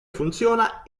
funziona